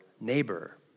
neighbor